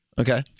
Okay